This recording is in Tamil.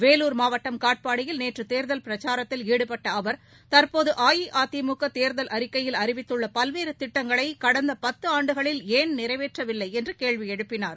வேலூர் மாவட்டம் காட்பாடியில் நேற்று தேர்தல் பிரச்சாரத்தில் ஈடுபட்ட அவர் தற்போது அஇஅதிமுக தேர்தல் அறிக்கையில் அறிவித்துள்ள பல்வேறு திட்டங்களை கடந்த பத்தாண்டுகளில் ஏன் நிறைவேற்றவில்லை என்று கேள்வி எழுப்பினார்